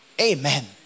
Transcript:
Amen